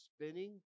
spinning